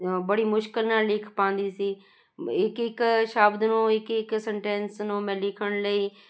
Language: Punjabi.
ਬੜੀ ਮੁਸ਼ਕਲ ਨਾਲ ਲਿਖ ਪਾਉਂਦੀ ਸੀ ਇੱਕ ਇੱਕ ਸ਼ਬਦ ਨੂੰ ਇੱਕ ਇੱਕ ਸੈਨਟੈਂਨਸ ਨੂੰ ਮੈਂ ਲਿਖਣ ਲਈ